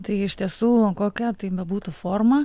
tai iš tiesų kokia tai bebūtų forma